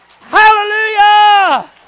Hallelujah